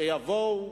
שיבואו,